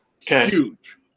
huge